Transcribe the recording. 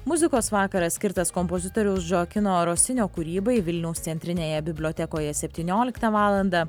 muzikos vakaras skirtas kompozitoriaus džokino rosinio kūrybai vilniaus centrinėje bibliotekoje septynioliktą valandą